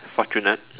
fortunate